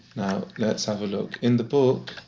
let's have a look. in the book,